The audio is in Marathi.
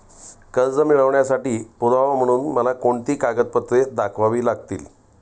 कर्ज मिळवण्यासाठी पुरावा म्हणून मला कोणती कागदपत्रे दाखवावी लागतील?